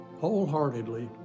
wholeheartedly